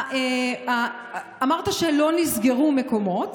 אמרת שלא נסגרו מקומות,